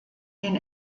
den